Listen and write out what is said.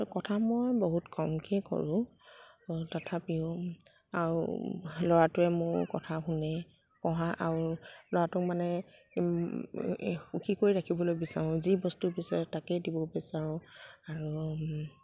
আৰু কথা মই বহুত কমকৈ কৰোঁ তথাপিও আৰু ল'ৰাটোৱে মোৰ কথা শুনে পঢ়া আৰু ল'ৰাটোক মানে সুখী কৰি ৰাখিবলৈ বিচাৰোঁ যি বস্তু বিচাৰে তাকেই দিব বিচাৰোঁ আৰু